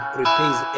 repays